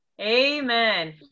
amen